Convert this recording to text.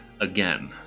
again